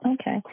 Okay